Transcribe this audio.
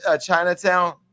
Chinatown